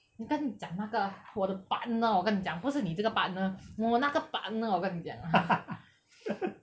你跟你讲那个我的 partner 我跟你讲不是你这个 partner 我那个 partner 我跟你讲